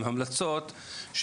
עם המלצות,